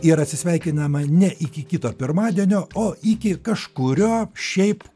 ir atsisveikinam ne iki kito pirmadienio o iki kažkurio šiaip